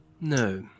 No